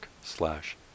slash